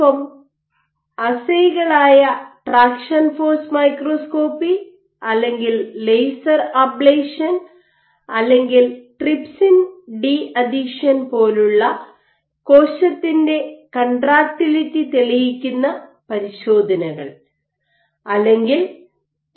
M assay കളായ traction force microscopy അല്ലെങ്കിൽ laser ablation അല്ലെങ്കിൽ trypsin deadhesion Hydrogels AFM traction force microscopy or laser ablation or trypsin deadhesion പോലുള്ള കോശത്തിന്റെ contractility തെളിയിക്കുന്ന പരിശോധനകൾ അല്ലെങ്കിൽ എ